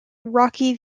rocky